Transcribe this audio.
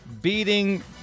beating